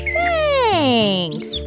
Thanks